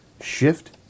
Shift